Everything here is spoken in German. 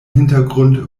hintergrund